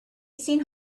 seen